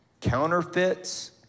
counterfeits